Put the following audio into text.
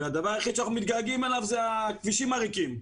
הדבר היחיד שאנחנו מתגעגעים אליו זה הכבישים הריקים.